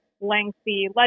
lengthy